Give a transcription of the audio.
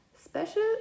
Special